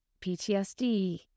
PTSD